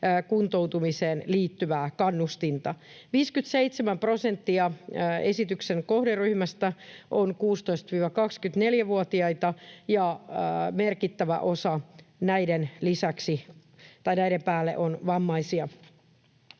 kuntoutumiseen liittyvää kannustinta. 57 prosenttia esityksen kohderyhmästä on 16—24-vuotiaita, ja merkittävä osa näiden päälle on vammaisia.